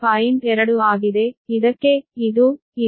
2 ಆಗಿದೆ ಇದಕ್ಕೆ ಇದು ಇದು